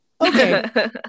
Okay